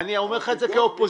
אני אומר לך את זה כאופוזיציה.